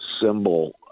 symbol